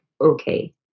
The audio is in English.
okay